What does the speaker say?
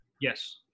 Yes